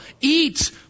Eat